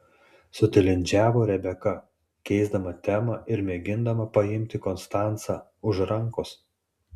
sutilindžiavo rebeka keisdama temą ir mėgindama paimti konstancą už rankos